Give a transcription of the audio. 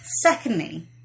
Secondly